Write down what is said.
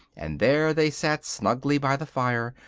and there they sat snugly by the fire,